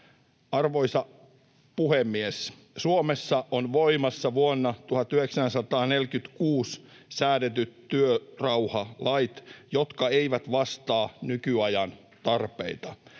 Arvoisa puhemies! Suomessa ovat voimassa vuonna 1946 säädetyt työrauhalait, jotka eivät vastaa nykyajan tarpeita.